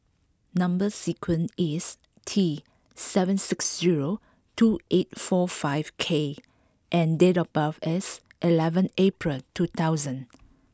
number sequence is T seven six zero two eight four five K and date of birth is eleven April two thousand